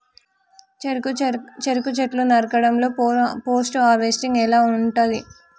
చెరుకు చెట్లు నరకడం లో పోస్ట్ హార్వెస్టింగ్ ఎలా ఉంటది?